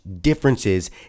differences